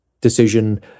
decision